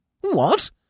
What